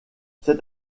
cet